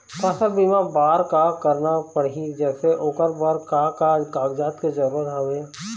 फसल बीमा बार का करना पड़ही जैसे ओकर बर का का कागजात के जरूरत हवे?